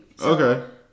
Okay